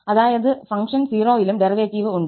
അതായത് ഫംഗ്ഷന് 0 ലും ഡെറിവേറ്റീവ് ഉണ്ട്